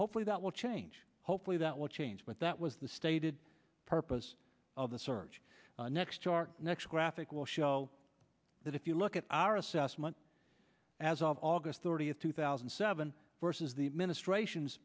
hopefully that will change hopefully that will change but that was the stated purpose of the surge next to our next graphic will show that if you look at our assessment as of august thirtieth two thousand and seven versus the administration's